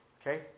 Okay